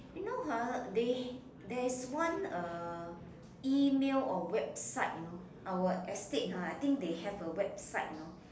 you know ha they there is one uh email or website you know our estate ah I think have a website you know